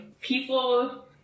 people